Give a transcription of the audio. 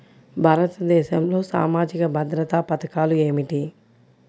భారతదేశంలో సామాజిక భద్రతా పథకాలు ఏమిటీ?